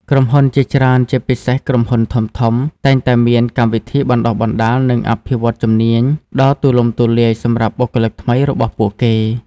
ក្រុមហ៊ុនជាច្រើន ជាពិសេស ក្រុមហ៊ុនធំៗ តែងតែមាន កម្មវិធីបណ្ដុះបណ្ដាល និងអភិវឌ្ឍន៍ជំនាញ ដ៏ទូលំទូលាយសម្រាប់បុគ្គលិកថ្មីរបស់ពួកគេ។